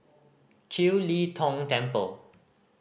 Kiew Lee Tong Temple